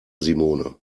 simone